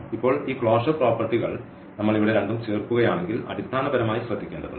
ഇപ്പോൾ ഈ ക്ലോഷർ പ്രോപ്പർട്ടികൾ ഞങ്ങൾ ഇവിടെ രണ്ടും ചേർക്കുകയാണെങ്കിൽ അടിസ്ഥാനപരമായി ശ്രദ്ധിക്കേണ്ടതുണ്ട്